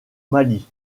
mali